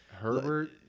Herbert –